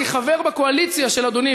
כחבר בקואליציה של אדוני,